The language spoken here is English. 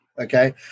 Okay